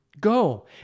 Go